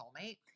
soulmate